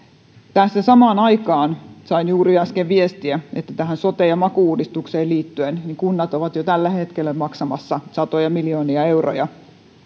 tässä samaan aikaan sain juuri äsken viestiä että sote ja maku uudistukseen liittyen kunnat ovat jo tällä hetkellä maksamassa satoja miljoonia euroja